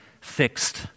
fixed